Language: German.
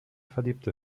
verliebte